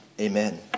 Amen